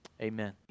amen